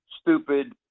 stupid